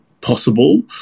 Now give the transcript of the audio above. possible